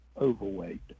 overweight